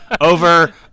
over